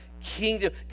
kingdom